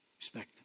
Respect